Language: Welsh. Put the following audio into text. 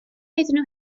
iddyn